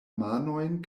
manojn